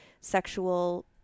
sexual